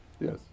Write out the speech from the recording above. Yes